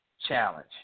challenge